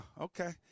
Okay